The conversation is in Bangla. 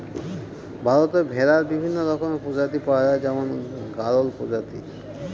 ভারতে ভেড়ার বিভিন্ন রকমের প্রজাতি পাওয়া যায় যেমন গাড়োল ইত্যাদি